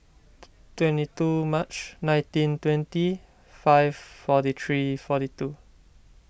twenty two March nineteen twenty five forty three forty two